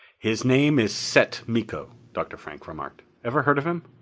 his name is set miko, dr. frank remarked. ever heard of him?